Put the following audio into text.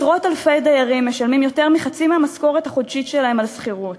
עשרות אלפי דיירים משלמים יותר מחצי מהמשכורת החודשית שלהם על שכירות,